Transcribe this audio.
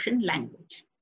language